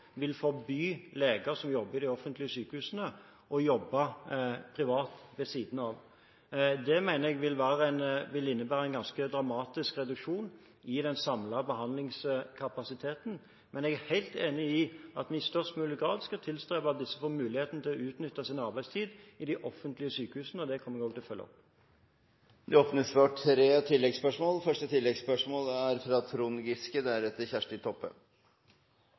vil forby leger som jobber i de offentlige sykehusene, å jobbe privat ved siden av. Det mener jeg vil innebære en ganske dramatisk reduksjon i den samlede behandlingskapasiteten. Men jeg er helt enig i at vi i størst mulig grad skal tilstrebe at disse får muligheten til å utnytte sin arbeidstid i de offentlige sykehusene, og det kommer jeg til å følge opp. Det blir tre oppfølgingsspørsmål – først Trond Giske. La meg først si at jeg er